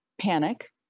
panic